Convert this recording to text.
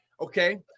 Okay